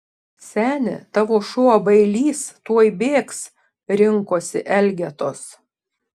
seni tavo šuo bailys tuoj bėgs rinkosi elgetos